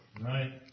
Right